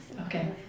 Okay